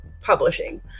publishing